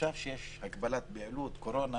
ועכשיו שיש הגבלת פעילות, קורונה